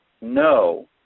no